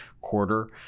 quarter